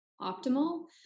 optimal